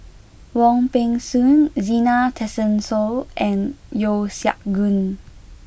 Wong Peng Soon Zena Tessensohn and Yeo Siak Goon